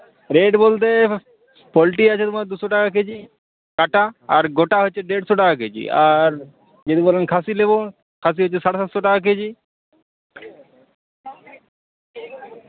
rate বলতে poultry আছে তোমার দুশো টাকা কেজি কাটা আর গোটা হচ্ছে দেড়শো টাকা কেজি আর যদি বলেন খাসি নেবো খাসি হচ্ছে সাড়ে নশো টাকা কেজি